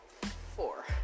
four